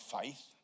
faith